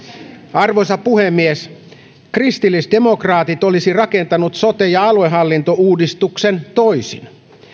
arvoisa puhemies kristillisdemokraatit olisivat rakentaneet sote ja aluehallintouudistuksen toisin